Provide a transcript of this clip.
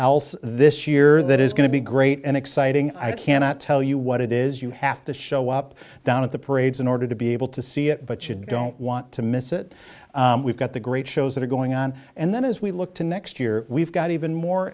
else this year that is going to be great and exciting i cannot tell you what it is you have to show up down at the parades in order to be able to see it but you don't want to miss it we've got the great shows that are going on and then as we look to next year we've got even more